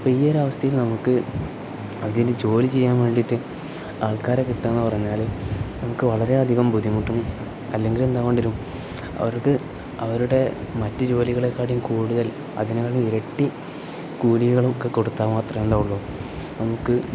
അപ്പം ഈ ഒരു അവസ്ഥയിൽ നമുക്ക് അതിന് ജോലി ചെയ്യാൻ വേണ്ടിയിട്ട് ആൾക്കാരെ കിട്ടുകായെന്ന് പറഞ്ഞാൽ നമുക്ക് വളരെയധികം ബുദ്ധിമുട്ടും അല്ലെങ്കിൽ എന്താ വേണ്ടി വരും അവർക്ക് അവരുടെ മറ്റ് ജോലികളെക്കാട്ടിലും കൂടുതൽ അതിനകം ഇരട്ടി കൂലികളും ഒക്കെ കൊടുത്താൽ മാത്രമേ എന്താ ഉള്ളു നമുക്ക്